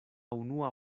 unua